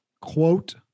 quote